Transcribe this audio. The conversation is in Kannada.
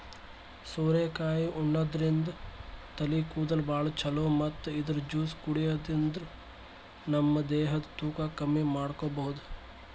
ಸೋರೆಕಾಯಿ ಉಣಾದ್ರಿನ್ದ ತಲಿ ಕೂದಲ್ಗ್ ಭಾಳ್ ಛಲೋ ಮತ್ತ್ ಇದ್ರ್ ಜ್ಯೂಸ್ ಕುಡ್ಯಾದ್ರಿನ್ದ ನಮ ದೇಹದ್ ತೂಕ ಕಮ್ಮಿ ಮಾಡ್ಕೊಬಹುದ್